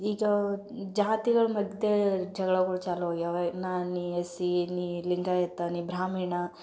ಈ ಜಾ ಜಾತಿಗಳ ಮಧ್ಯೆ ಜಗ್ಳಗಳ್ ಚಾಲೂ ಆಗ್ಯಾವೆ ನಾನು ನೀ ಎಸ್ ಸಿ ನೀ ಲಿಂಗಾಯತ ನೀ ಬ್ರಾಹ್ಮಣ